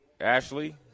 Ashley